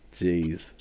jeez